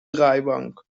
draaibank